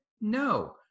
No